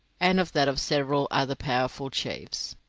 and of that of several other powerful chiefs.